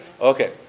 Okay